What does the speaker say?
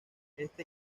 este